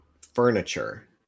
furniture